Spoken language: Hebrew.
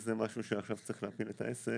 שזה משהו שעכשיו צריך להפיל את העסק.